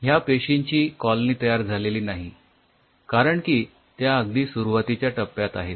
ह्या पेशींची कॉलनी तयार झालेली नाही कारण की त्या अगदी सुरुवातीच्या टप्प्यात आहेत